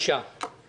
6 מיליון שקל.